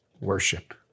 Worship